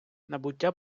набуття